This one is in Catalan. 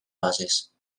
bases